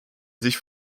sich